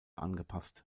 angepasst